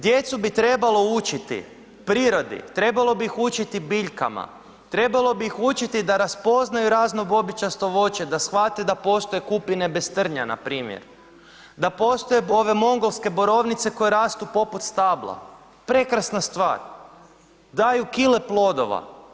Djecu bi trebalo učiti prirodi, trebalo bi ih učiti biljkama, trebalo bi ih učiti da raspoznaju razno bobičasto voće, da shvate da postoje kupine bez trnja npr., da postoje ove mongolske borovnice koje rastu poput stabla, prekrasna stvar, daju kile plodova.